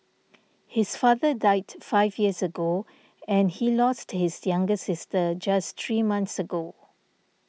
his father died five years ago and he lost his younger sister just three months ago